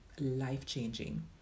life-changing